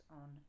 on